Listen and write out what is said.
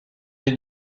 des